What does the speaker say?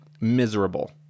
miserable